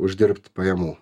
uždirbt pajamų